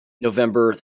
November